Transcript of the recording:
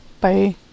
Bye